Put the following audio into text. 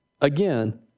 Again